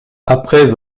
après